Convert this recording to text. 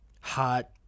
hot